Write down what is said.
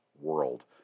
world